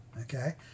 Okay